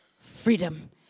freedom